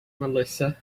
melissa